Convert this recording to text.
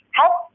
help